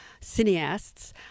cineasts